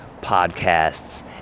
podcasts